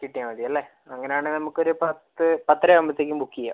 കിട്ടിയാ മതിയല്ലേ അങ്ങനെ ആണേൽ നമുക്ക് ഒരു പത്തര ആവുമ്പഴേക്കും ബുക്ക് ചെയ്യാം